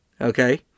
Okay